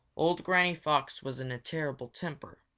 old granny fox was in a terrible temper.